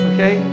Okay